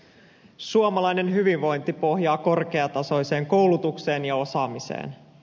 suomalainen hyvinvointi pohjaa korkeatasoiseen koulutukseen ja osaamiseen